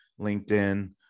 linkedin